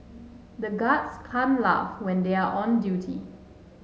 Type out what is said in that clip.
the guards can't laugh when they are on duty